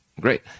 great